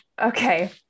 okay